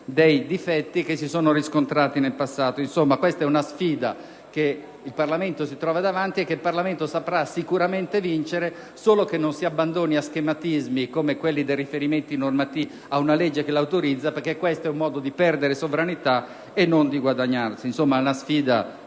dei difetti che si sono riscontrati nel passato. Insomma, questa è una sfida che il Parlamento si trova davanti e che saprà sicuramente vincere solo se non si abbandonerà a schematismi come quelli dei riferimenti normativi ad una legge che l'autorizza: questo, infatti, è un modo per perdere sovranità e non per guadagnarla.